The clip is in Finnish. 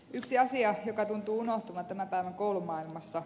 yksi asia joka tuntuu unohtuvan tämän päivän koulumaailmassa